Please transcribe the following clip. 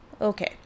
Okay